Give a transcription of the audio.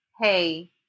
hey